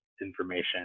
information